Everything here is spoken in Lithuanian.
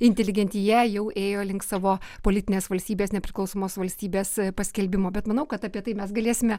inteligentija jau ėjo link savo politinės valstybės nepriklausomos valstybės paskelbimo bet manau kad apie tai mes galėsime